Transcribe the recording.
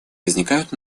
возникают